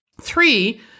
Three